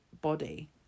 body